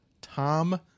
Tom